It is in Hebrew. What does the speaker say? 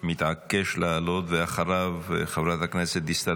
מתעקש לעלות, ואחריו, חברת הכנסת דיסטל.